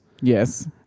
Yes